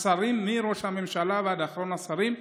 מראש הממשלה ועד האחרון השרים,